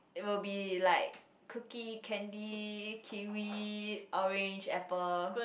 it will be like Cookie Candy Kiwi Orange Apple